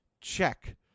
Check